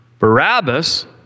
Barabbas